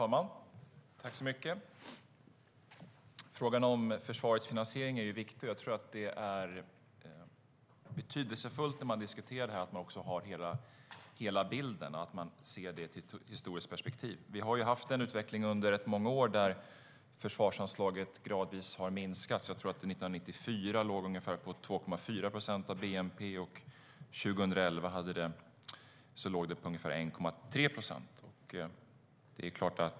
Herr talman! Frågan om försvarets finansiering är viktig. När man diskuterar detta tror jag att det är betydelsefullt att man också har hela bilden och att man ser detta i ett historiskt perspektiv. Vi har under rätt många år haft en utveckling där försvarsanslaget gradvis har minskat. År 1994 låg det på ungefär 2,4 procent av bnp, och 2011 låg det på ungefär 1,3 procent av bnp.